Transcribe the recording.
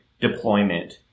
deployment